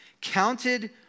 Counted